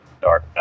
dark